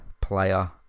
player